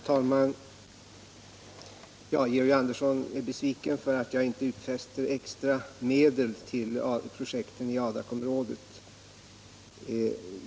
Herr talman! Georg Andersson är besviken för att jag inte gör några utfästelser om extra medel till projekten i Adakområdet.